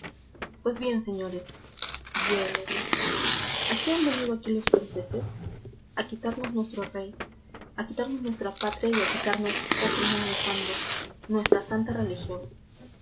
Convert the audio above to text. pues bien señores siguió el héroe a qué han venido aquí los franceses a quitarnos nuestro rey a quitarnos nuestra patria y a quitarnos oh crimen nefando nuestra santa religión